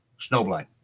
Snowblind